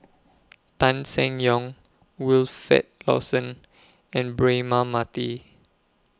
Tan Seng Yong Wilfed Lawson and Braema Mathi